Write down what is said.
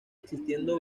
existiendo